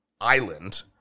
island